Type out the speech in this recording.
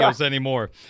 anymore